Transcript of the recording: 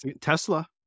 Tesla